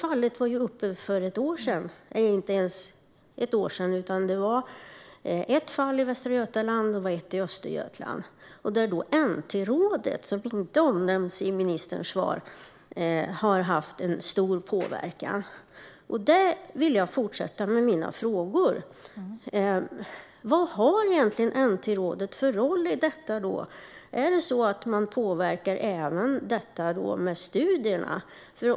För inte ens ett år sedan var ett sådant fall uppe i Västra Götaland, och ett i Östergötland. Här har NT-rådet, som inte omnämns i ministerns svar, haft en stor påverkan. Och där vill jag fortsätta med mina frågor: Vad har egentligen NT-rådet för roll i detta? Påverkar man även detta med studierna?